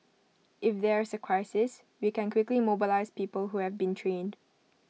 if there's A crisis we can quickly mobilise people who have been trained